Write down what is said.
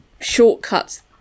shortcuts